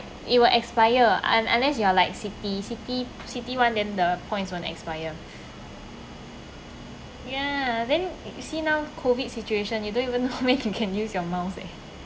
it will expire un~ unless you are like Citi Citi Citi [one] then the points won't expire ya then you see now COVID situation you don't even know when can use your miles eh